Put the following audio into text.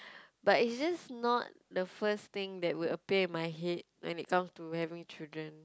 but it's just not the first thing that would appear in my head when it comes to having children